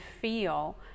feel